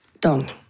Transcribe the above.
done